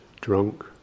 drunk